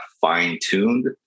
fine-tuned